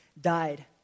died